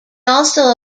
also